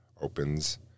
opens